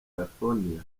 california